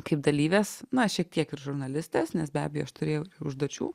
kaip dalyvės na šiek tiek ir žurnalistės nes be abejo aš turėjau ir užduočių